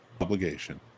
obligation